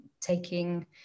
taking